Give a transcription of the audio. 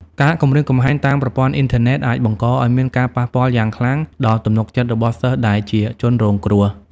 ការគំរាមកំហែងតាមប្រព័ន្ធអ៊ីនធឺណិតអាចបង្កឱ្យមានការប៉ះពាល់យ៉ាងខ្លាំងដល់ ទំនុកចិត្ត របស់សិស្សដែលជាជនរងគ្រោះ។